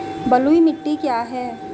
बलुई मिट्टी क्या है?